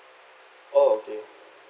oh okay